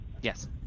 Yes